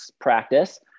practice